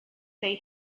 they